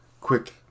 Quick